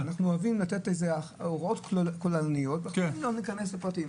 אנחנו אוהבים לתת הוראות כוללניות ולא להיכנס לפרטים.